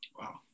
wow